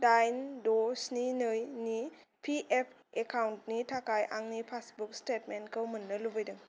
दाइन द' स्नि नैनि पि एफ एकाउन्टनि थाखाय आंनि पासबुक स्टेटमेन्टखौ मोन्नो लुबैदों